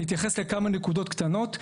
נתייחס לכמה נקודות קטנות.